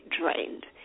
drained